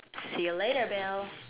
see you later bill